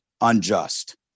unjust